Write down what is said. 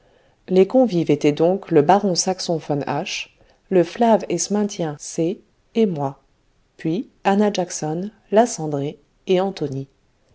les convives étaient donc le baron saxon von h le flave et smynthien c et moi puis annah jackson la cendrée et antonie